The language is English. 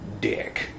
dick